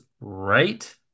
right